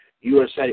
USA